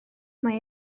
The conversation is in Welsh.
mae